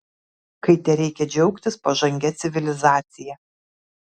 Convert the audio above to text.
kai tereikia džiaugtis pažangia civilizacija